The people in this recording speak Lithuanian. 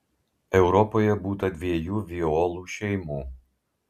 europoje būta dviejų violų šeimų